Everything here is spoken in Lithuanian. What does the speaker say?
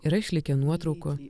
yra išlikę nuotraukų